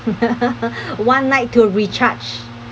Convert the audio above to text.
one night to recharge